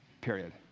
period